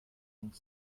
noch